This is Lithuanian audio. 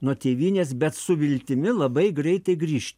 nuo tėvynės bet su viltimi labai greitai grįžti